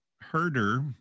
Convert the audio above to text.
Herder